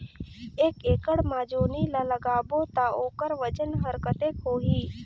एक एकड़ मा जोणी ला लगाबो ता ओकर वजन हर कते होही?